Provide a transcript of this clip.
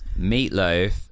Meatloaf